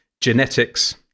genetics